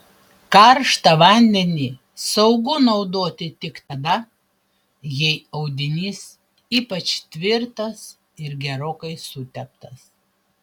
karštą vandenį saugu naudoti tik tada jei audinys ypač tvirtas ir gerokai suteptas